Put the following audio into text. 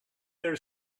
their